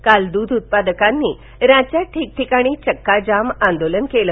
काल दूघउत्पादकांनी राज्यात ठिकठिकाणी चक्का जाम आंदोलन केलं